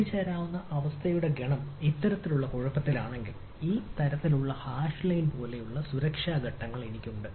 എത്തിച്ചേരാവുന്ന അവസ്ഥയുടെ ഗണം ഇത്തരത്തിലുള്ള കുഴപ്പത്തിലാണെങ്കിൽ ഈ തരത്തിലുള്ള ഹാഷ് ലൈൻ പോലുള്ള സുരക്ഷിത ഘട്ടങ്ങൾ എനിക്കുണ്ട്